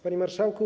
Panie Marszałku!